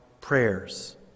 prayers